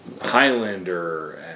Highlander